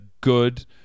good